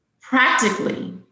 Practically